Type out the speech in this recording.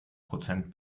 prozent